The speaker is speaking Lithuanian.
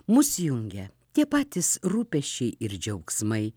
mus jungia tie patys rūpesčiai ir džiaugsmai